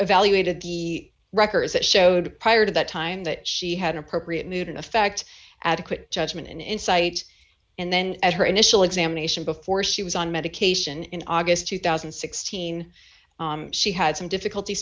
evaluated the records that showed prior to that time that she had appropriate mood in effect adequate judgment and insight and then at her initial examination before she was on medication in august two thousand and sixteen she had some difficulty